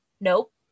Nope